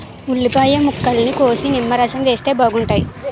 ఉల్లిపాయ ముక్కల్ని కోసి నిమ్మరసం వేస్తే బాగుంటాయి